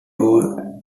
all